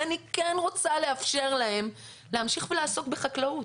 כי אני כן רוצה לאפשר להם להמשיך ולעסוק בחקלאות,